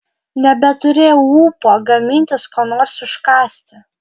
nebeturėjau ūpo gamintis ko nors užkąsti